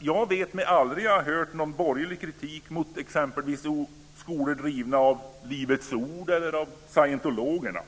Jag vet mig aldrig ha hört någon borgerlig kritik mot exempelvis skolor drivna av Livets Ord eller av scientologerna.